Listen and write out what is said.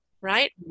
right